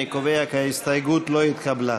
אני קובע כי ההסתייגות לא התקבלה.